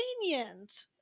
convenient